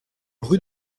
rue